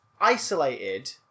isolated